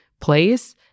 place